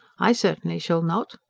i certainly shall not.